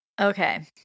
Okay